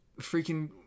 freaking